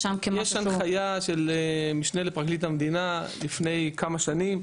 יש הנחה של המשנה לפרקליט המדינה מלפני כמה שנים,